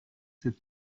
said